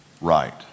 Right